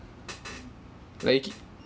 like